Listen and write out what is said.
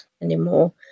anymore